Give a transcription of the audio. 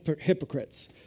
hypocrites